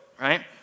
right